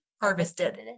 Harvested